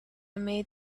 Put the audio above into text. made